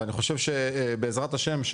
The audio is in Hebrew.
ואני חושב שבעזרת השם,